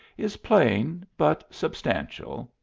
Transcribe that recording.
is plain, but substantial.